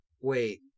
Wait